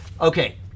Okay